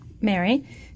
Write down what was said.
Mary